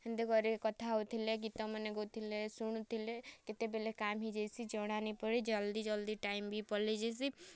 ହେନ୍ତି କରି କଥା ହୋଉଥିଲେ ଗୀତମାନେ ଗାଉଥିଲେ ଶୁଣୁଥିଲେ କେତେବେଲେ କାମ୍ ହେଇ ଯାଇସି ଜଣା ନାଇଁ ପଡ଼ି ଜଲ୍ଦି ଜଲ୍ଦି ଟାଇମ୍ବି ପଲେଇ ଯାଏସି